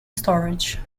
storage